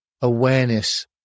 awareness